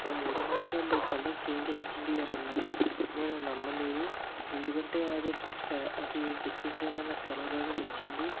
ఆ మూడు నెలలకే కలర్ చేంజ్ అవుతుంది అని అన్నారు నేను నమ్మలేదు ఎందుకంటే అది అది ఫిట్టింగ్ అనేది నాకు చాలా బాగా నచ్చింది